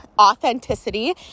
authenticity